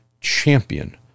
champion